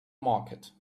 market